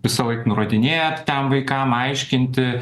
visąlaik nurodinėja ten vaikam aiškinti